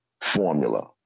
formula